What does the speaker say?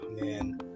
Man